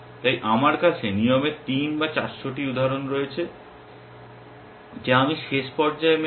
তাই আমার কাছে নিয়মের 3 বা 400টি উদাহরণ রয়েছে যা আমি শেষ পর্যায়ে মেলাই